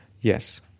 Yes